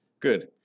Good